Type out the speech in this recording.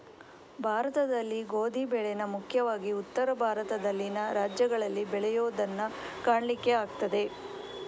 ಭಾರತದಲ್ಲಿ ಗೋಧಿ ಬೆಳೇನ ಮುಖ್ಯವಾಗಿ ಉತ್ತರ ಭಾರತದಲ್ಲಿನ ರಾಜ್ಯಗಳಲ್ಲಿ ಬೆಳೆಯುದನ್ನ ಕಾಣಲಿಕ್ಕೆ ಆಗ್ತದೆ